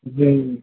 হুম